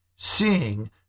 seeing